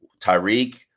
Tyreek